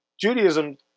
Judaism